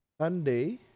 sunday